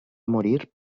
morir